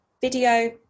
video